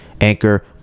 Anchor